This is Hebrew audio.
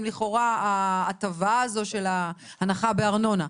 לכאורה ההטבה הזו של ההנחה בארנונה.